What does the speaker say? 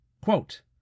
Quote